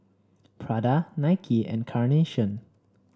Prada Nike and Carnation